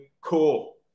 cool